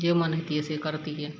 जे मोन होइतियै से करतियै